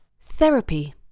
Therapy